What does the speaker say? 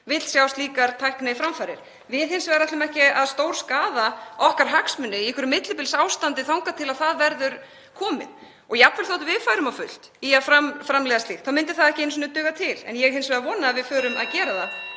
vill sjá slíkar tækniframfarir. Við ætlum hins vegar ekki að stórskaða okkar hagsmuni í einhverju millibilsástandi þangað til að það verður komið. Og jafnvel þótt við færum á fullt í að framleiða slíkt myndi það ekki einu sinni duga til. En ég hins vegar vona að við förum að gera það